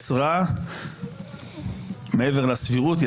מעבר לסבירות,